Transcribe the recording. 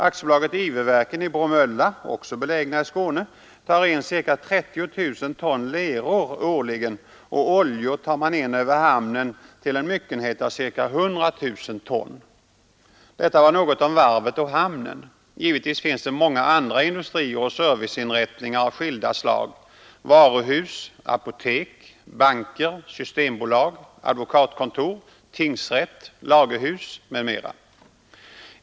AB Iföverken i Bromölla, också beläget i Skåne, tar in ca 30 000 ton leror årligen, och oljor tar man in över hamnen i en myckenhet av ca 100 000 ton: Detta var något om varvet och hamnen. Givetvis finns det många andra industrier och serviceinrättningar av skilda slag: varuhus, apotek, banker, systembolag, advokatkontor, tingsrätt, lagerhus m.m.